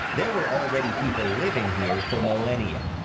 there were already people living here for millennia.